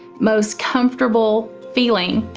most comfortable feeling.